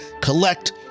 collect